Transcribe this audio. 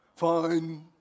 fine